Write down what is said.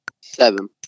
Seven